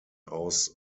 aus